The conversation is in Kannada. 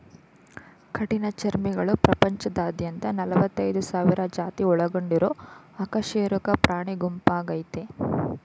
ಕಠಿಣಚರ್ಮಿಗಳು ಪ್ರಪಂಚದಾದ್ಯಂತ ನಲವತ್ತೈದ್ ಸಾವಿರ ಜಾತಿ ಒಳಗೊಂಡಿರೊ ಅಕಶೇರುಕ ಪ್ರಾಣಿಗುಂಪಾಗಯ್ತೆ